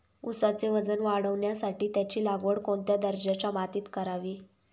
ऊसाचे वजन वाढवण्यासाठी त्याची लागवड कोणत्या दर्जाच्या मातीत करावी?